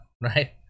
right